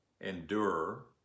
endure